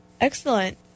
Excellent